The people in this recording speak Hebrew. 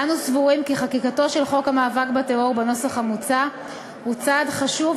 אנו סבורים כי חקיקתו של חוק המאבק בטרור בנוסח המוצע היא צעד חשוב,